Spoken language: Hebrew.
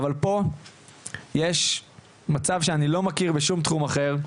אבל פה יש מצב שאני לא מכיר בשום תחום אחר,